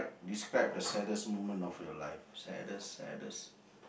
describe the saddest moment of your life saddest saddest